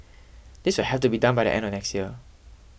this will have to be done by the end of next year